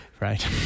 Right